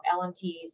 LMTs